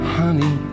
honey